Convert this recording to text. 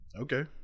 Okay